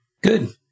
Good